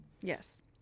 Yes